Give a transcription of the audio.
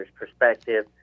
perspective